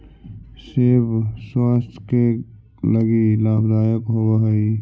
सेब स्वास्थ्य के लगी लाभदायक होवऽ हई